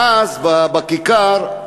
ואז בכיכר,